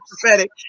prophetic